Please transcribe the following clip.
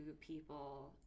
people